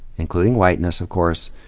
including whiteness of course,